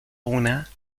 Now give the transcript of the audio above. una